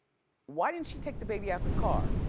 why didn't she take the baby out to the car?